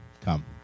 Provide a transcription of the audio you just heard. come